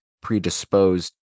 predisposed